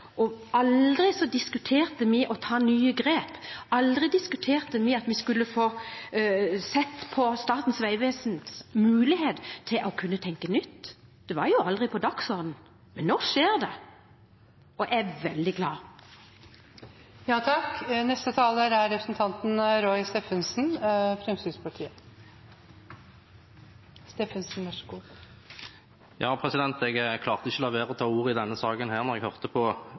og aldri diskuterte vi å ta nye grep, aldri diskuterte vi at vi skulle få sett på Statens vegvesens mulighet til å kunne tenke nytt – det var aldri på dagsordenen – men nå skjer det. Og jeg er veldig klar. Jeg klarte ikke la være å ta ordet i denne saken da jeg hørte argumentene fra Arbeiderpartiet. De påstår bl.a. at en vil oppnå akkurat de samme resultater med Arbeiderpartiets måte å gjennomføre ting på.